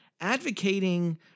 advocating